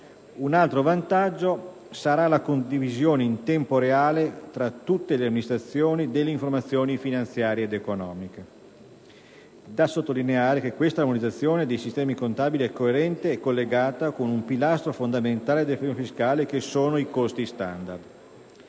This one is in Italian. Un altro vantaggio sarà la condivisione in tempo reale, tra tutte le amministrazioni, delle informazioni finanziarie ed economiche. Da sottolineare che questa armonizzazione dei sistemi contabili è coerente e collegata con un pilastro fondamentale del federalismo fiscale che sono i costi standard.